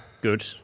good